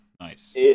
Nice